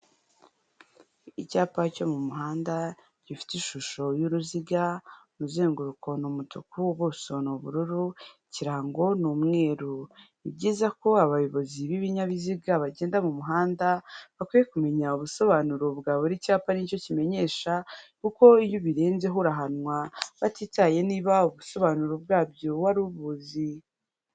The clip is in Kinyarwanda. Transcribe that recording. Icyapa cyo mu muhanda gifite ishusho y'uruziga, umuzenguruko ni umutuku, ubuso ni ubururu, ikirango ni umweru, ni byiza ko abayobozi b'ibinyabiziga bagenda mu muhanda bakwiye kumenya ubusobanuro bwa buri cyapa n'icyo kimenyesha kuko iyo ubirenzeho urahanwa batitaye niba ubusobanuro bwabyo wari ubuzi.